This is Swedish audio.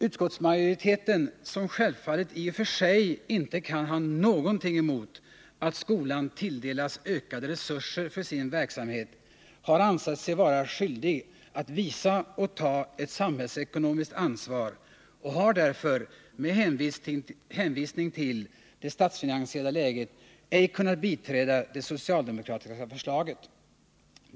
Utskottsmajoriteten, som självfallet i och för sig inte kan ha någonting emot att skolan tillförs ökade resurser för sin verksamhet, har ansett sig vara skyldig att visa och ta ett samhällsekonomiskt ansvar och har därför med hänvisning till det statsfinansiella läget ej kunnat biträda det socialdemokratiska förslaget.